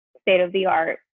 state-of-the-art